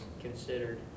considered